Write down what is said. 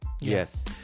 Yes